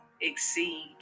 exceed